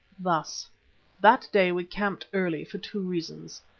thus that day we camped early for two reasons.